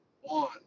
one